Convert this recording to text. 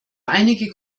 einige